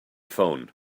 phone